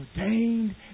ordained